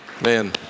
man